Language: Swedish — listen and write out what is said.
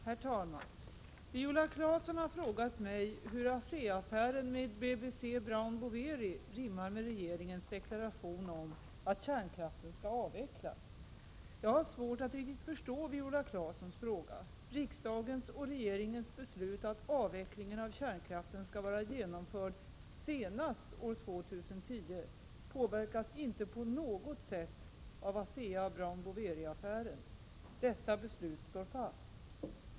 Herr talman! Viola Claesson har frågat mig hur ASEA-affären med BBC Brown Boveri rimmar med regeringens deklaration om att kärnkraften skall avvecklas. Jag har svårt att riktigt förstå Viola Claessons fråga. Riksdagens och regeringens beslut att avvecklingen av kärnkraften skall vara genomförd senast år 2010 påverkas inte på något sätt av ASEA —-Brown Boveri-affären. Detta beslut står fast.